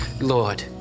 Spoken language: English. Lord